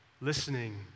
listening